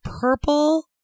purple